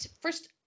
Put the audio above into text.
first